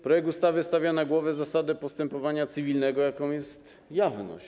Projekt ustawy stawia na głowie zasadę postępowania cywilnego, jaką jest jawność.